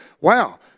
wow